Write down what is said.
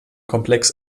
komplex